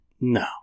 No